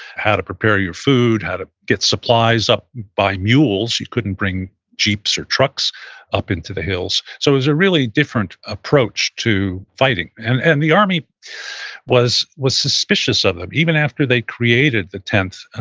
how to prepare your food, how to get supplies up by mules. you couldn't bring jeeps or trucks up into the hills so it was a really different approach to fighting, and and the army was was suspicious of them. even after they created the tenth,